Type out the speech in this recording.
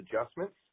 adjustments